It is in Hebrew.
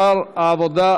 שר העבודה,